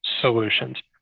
solutions